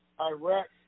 Iraq